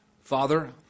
Father